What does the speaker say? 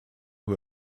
who